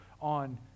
on